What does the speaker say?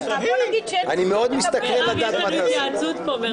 נשמה, אני קיבלתי בחיי פטורים מחובת הנחה.